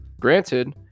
Granted